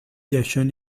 jason